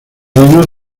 marinos